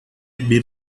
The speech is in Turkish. bir